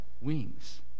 wings